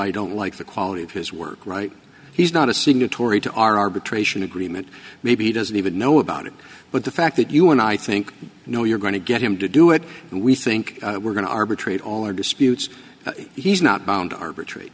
i don't like the quality of his work right he's not a signatory to our arbitration agreement maybe he doesn't even know about it but the fact that you and i think know you're going to get him to do it and we think we're going to arbitrate all our disputes he's not bound arbitrary